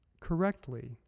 correctly